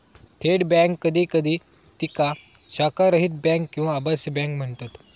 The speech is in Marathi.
थेट बँक कधी कधी तिका शाखारहित बँक किंवा आभासी बँक म्हणतत